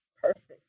Perfect